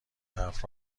حرف